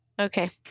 Okay